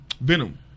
Venom